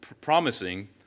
promising